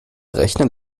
rechner